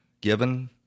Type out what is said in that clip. given